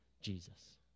Jesus